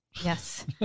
Yes